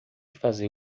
fazer